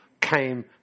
came